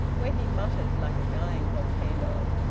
where he muttered like a dying volcano.